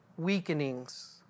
weakenings